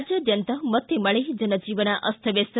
ರಾಜ್ಯಾದ್ಯಂತ ಮತ್ತೆ ಮಳೆ ಜನಜೀವನ ಅಸ್ತವ್ಯಸ್ಥ